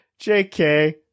JK